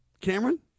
Cameron